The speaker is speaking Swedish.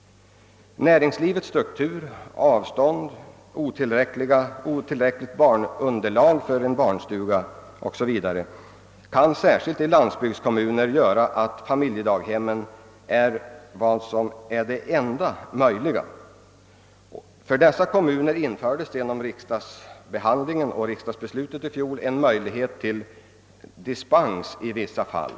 Näringslivets struktur, de stora avstånden, otillräckligt barnunderlag för en barnstuga 0. s. v. kan särskilt i landsbygdskommuner göra att familjedaghemmen är den enda möjligheten. För dessa kommuner infördes genom fjolårets riksdagsbeslut en bestämmelse om dispens i vissa fall.